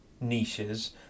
niches